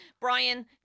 Brian